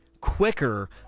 quicker